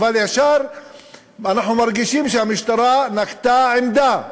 אבל ישר אנחנו מרגישים שהמשטרה נקטה עמדה.